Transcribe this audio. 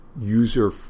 user